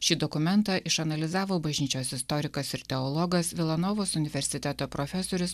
šį dokumentą išanalizavo bažnyčios istorikas ir teologas vilanovos universiteto profesorius